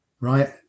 Right